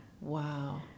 Wow